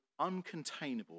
uncontainable